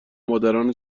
مادران